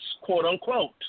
quote-unquote